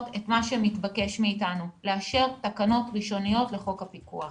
את מה שמתבקש מאיתנו: לאשר תקנות ראשוניות לחוק הפיקוח.